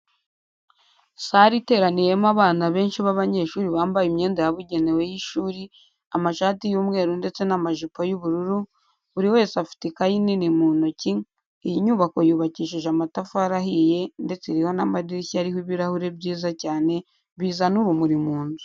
Sare iteraniyemo abana benshi b'abanyeshuri bambaye imyenda yabugenewe y'ishuri amashati y'umweru ndetse n'amajipo y'ubururu, buri wese afite ikayi nini mu ntoki, iyi nyubako yubakishije amatafari ahiye ndetse iriho n'amadirishya ariho ibirahure byiza cyane, bizana urumuri mu nzu.